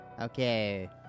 Okay